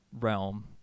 realm